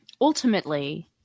Ultimately